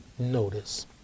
Notice